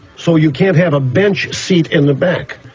so you can't have a bench seat in the back.